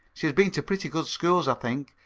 she has been to pretty good schools, i think.